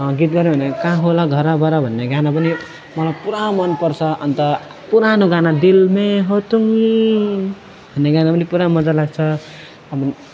गीत गाउनु भने कहाँ होला घरबार भन्ने गाना पनि मलाई पुरा मनपर्छ अन्त पुरानो गाना दिल मे हो तुम भन्ने गाना पनि पुरा मजा लाग्छ अब